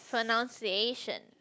pronunciation